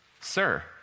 Sir